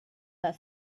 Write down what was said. but